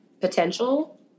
Potential